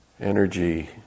energy